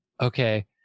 okay